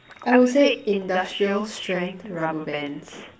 I would say industrial strength rubber bands